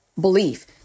belief